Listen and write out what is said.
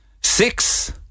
six